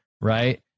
right